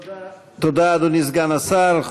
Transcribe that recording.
תודה, אדוני סגן השר.